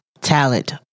talent